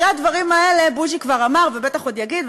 אחרי הדברים האלה בוז'י כבר אמר ובטח עוד יגיד,